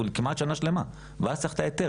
הוא כמעט שנה שלמה ואז צריך את ההיתר